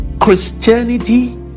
christianity